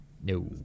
No